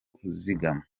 kuzigama